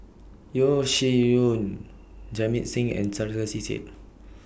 Yeo Shih Yun Jamit Singh and Sarkasi Said